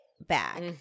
back